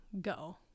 go